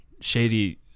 shady